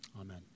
Amen